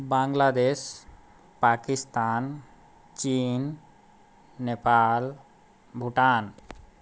बांग्लादेश पाकिस्तान चीन नेपाल भूटान